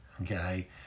okay